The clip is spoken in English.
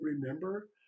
remember